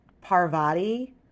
Parvati